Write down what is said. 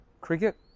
cricket